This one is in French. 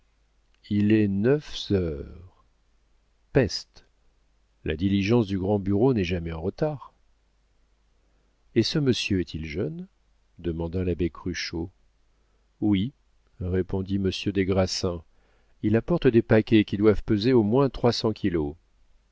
il est neuffe s heures peste la diligence du grand bureau n'est jamais en retard et ce monsieur est-il jeune demanda l'abbé cruchot oui répondit monsieur des grassins il apporte des paquets qui doivent peser au moins trois cents kilos